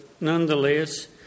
nonetheless